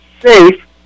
safe